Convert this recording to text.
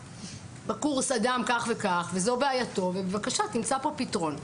בקורס אדם כך וכך וזו בעיתו ובבקשה תמצא פתרון.